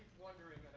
wondering,